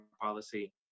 policy